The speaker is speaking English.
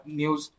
news